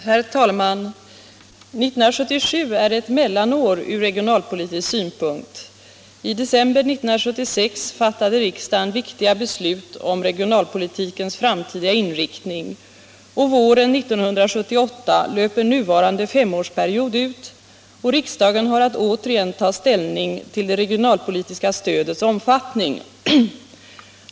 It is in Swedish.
Herr talman! 1977 är ett mellanår från regionalpolitisk synpunkt. I december 1976 fattade riksdagen viktiga beslut om regionalpolitikens framtida inriktning, och våren 1978 löper nuvarande femårsperiod ut och riksdagen har återigen att ta ställning till det regionalpolitiska stödets omfattning.